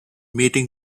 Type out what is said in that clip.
meeting